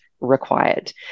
required